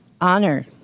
honor